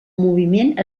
moviment